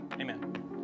Amen